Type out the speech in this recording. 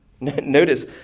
Notice